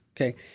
okay